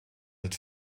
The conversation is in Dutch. het